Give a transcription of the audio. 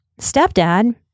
stepdad